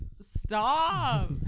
Stop